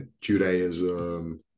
Judaism